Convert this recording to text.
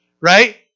Right